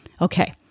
okay